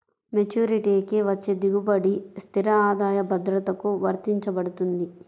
మెచ్యూరిటీకి వచ్చే దిగుబడి స్థిర ఆదాయ భద్రతకు వర్తించబడుతుంది